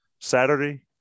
Saturday